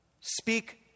speak